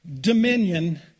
dominion